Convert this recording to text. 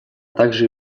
также